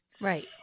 Right